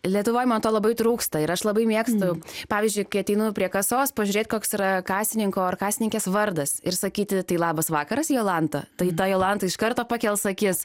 lietuvoj man to labai trūksta ir aš labai mėgstu pavyzdžiui kai ateinu prie kasos pažiūrėt koks yra kasininko ar kasininkės vardas ir sakyti tai labas vakaras jolanta tai ta jolanta iš karto pakels akis